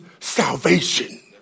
salvation